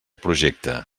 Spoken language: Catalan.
projecte